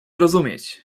rozumieć